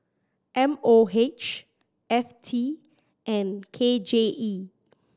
M O H F T and K J E